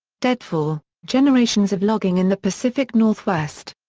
deadfall generations of logging in the pacific northwest.